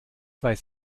weiß